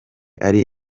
ari